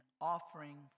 offering